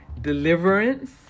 deliverance